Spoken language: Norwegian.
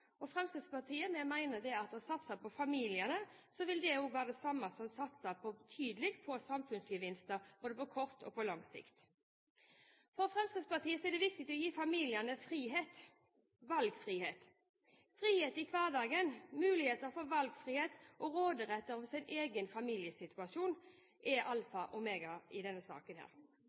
samfunn. Fremskrittspartiet mener at å satse på familiene også vil være å satse tydelig på samfunnsgevinster, både på kort og lang sikt. For Fremskrittspartiet er det viktig å gi familiene frihet: valgfrihet. Frihet i hverdagen, muligheter for valgfrihet og råderett over sin egen familiesituasjon er alfa og omega i denne saken.